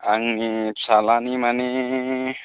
आंनो फिसालानि मानि